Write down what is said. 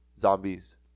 zombies